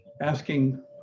asking